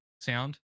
sound